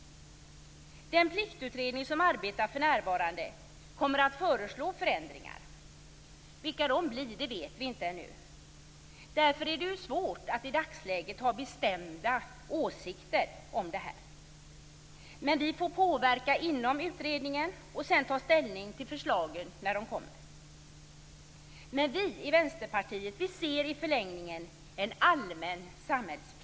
Den pliktutredning som arbetar för närvarande kommer att föreslå förändringar. Vi vet ännu inte vilka de blir. Därför är det svårt att i dagsläget ha bestämda åsikter om detta. Vi får påverka inom utredningen och sedan ta ställning till förslagen när de kommer. Vi i Vänsterpartiet ser i förlängningen en allmän samhällsplikt.